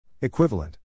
Equivalent